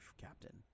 Captain